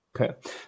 Okay